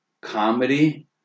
comedy